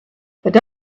but